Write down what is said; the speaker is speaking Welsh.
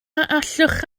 allwch